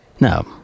No